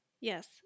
Yes